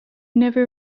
never